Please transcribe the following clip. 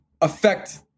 affect